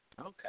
Okay